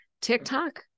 TikTok